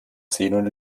xenon